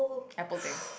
apple thing